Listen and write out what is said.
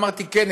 אמרתי: כן,